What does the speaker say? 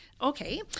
Okay